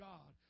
God